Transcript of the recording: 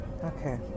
Okay